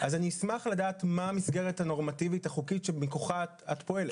אז אני אשמח לדעת מה המסגרת הנורמטיבית החוקית שמכוחה את פועלת.